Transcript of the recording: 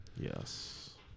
Yes